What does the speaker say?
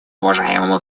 уважаемому